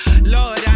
Lord